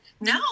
No